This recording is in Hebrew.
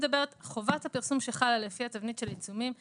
חובת הפרסום שחלה לפי התבנית של עיצומים היא